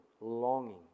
longing